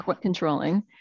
controlling